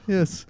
Yes